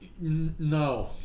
No